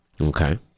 Okay